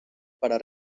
para